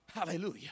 hallelujah